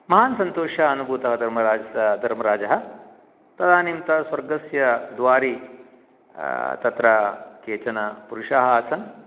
महान् सन्तोषः अनुभूतः धर्मराजः तदानीं सः स्वर्गस्य द्वारि तत्र केचन पुरुषाः आसन्